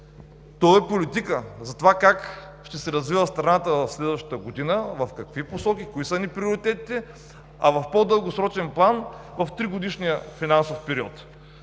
той е политика за това как ще се развива страната в следващата година, в какви посоки, кои са ни приоритетите, а в по-дългосрочен план, в тригодишния финансов период.